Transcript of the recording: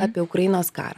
apie ukrainos karą